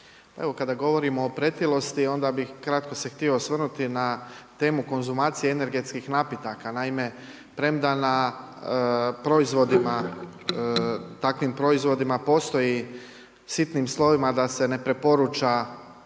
kada govorimo o pretilosti onda bih kratko se htio osvrnuti na temu konzumacije energetskih napitaka. Naime, premda na proizvodima, takvim proizvodima postoji sitnim slovima da se ne preporuča